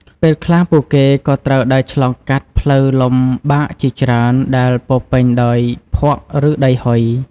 ពេលខ្លះពួកគេក៏ត្រូវដើរឆ្លងកាត់ផ្លូវលំបាកជាច្រើនដែលពោរពេញដោយភក់ ឬដីហុយ។